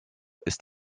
ist